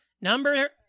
Number